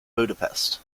budapest